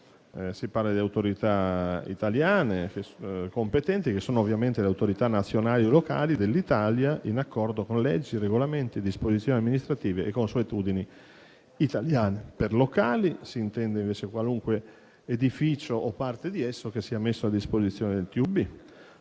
si parla di autorità italiane competenti, che sono ovviamente le autorità nazionali e locali dell'Italia, in accordo con leggi, regolamenti e disposizioni amministrative e consuetudini italiane; per "locali" si intende invece qualunque edificio o parte di esso che sia messo a disposizione del TUB;